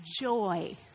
joy